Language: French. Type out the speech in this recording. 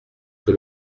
que